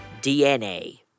DNA